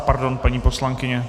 Pardon, paní poslankyně.